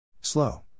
Slow